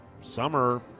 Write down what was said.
summer